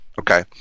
okay